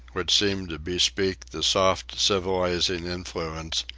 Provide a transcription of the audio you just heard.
which seemed to bespeak the soft civilizing influence,